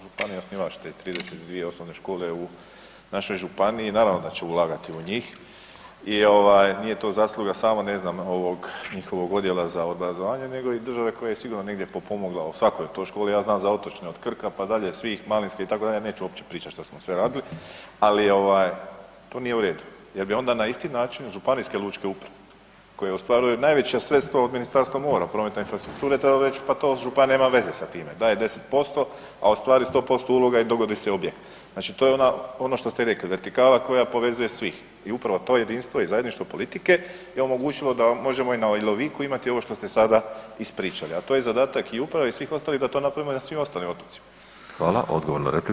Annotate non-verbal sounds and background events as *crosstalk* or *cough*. Županija je osnivač te 32 osnovne škole u našoj županiji i naravno da će ulagati u njih i nije to zasluga samo ne znam njihovog odjela za obrazovanje nego i države koja je sigurno negdje potpomogla o svakoj toj školi, ja znam za otočne od Krka pa dalje svih, Malinske itd., neću uopće pričat što smo sve radili ali to nije u redu jer bi onda na isti način županijske lučke uprave koje ostvaruju najveća sredstva od Ministarstva mora, prometa i infrastrukture trebala reć pa to županija nema veze sa time, daje 10% a ostvaruje 100% uloga i dogodi se ... *unintelligible* Znači to je ono što ste rekli, vertikala koja povezuje svih, i upravo to jedinstvo i zajedništvo politike je omogućilo da možemo i na Iloviku imati ovo što ste sada ispričali a to je zadatak i uprave i svih ostalih da to napravimo i na svim ostalim otocima.